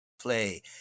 play